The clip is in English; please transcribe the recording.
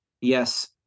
yes